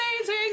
amazing